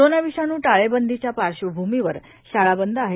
corona विषाणू टाळेबंदीच्या पार्श्वभूमीवर शाळा बंद आहेत